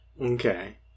Okay